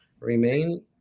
remain